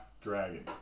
dragon